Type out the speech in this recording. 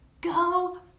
go